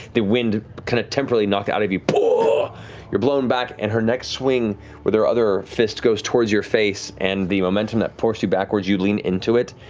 the wind kind of temporarily knocked out of you. you're you're blown back, and her next swing with her other fist goes towards your face and the momentum that forced you backwards, you lean into it,